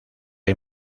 hay